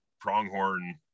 pronghorn